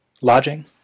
Lodging